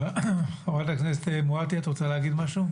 חברת הכנסת מואטי, את רוצה להגיד משהו?